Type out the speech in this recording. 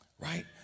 Right